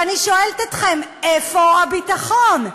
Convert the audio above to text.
ואני שואלת אתכם: איפה הביטחון?